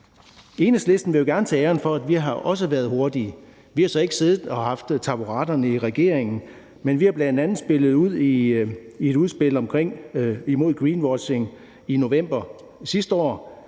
Enhedslisten vil jo gerne tage æren for, at vi også har været hurtige. Vi har så ikke haft taburetterne i regeringen, men vi kom med et udspil imod greenwashing i november sidste år,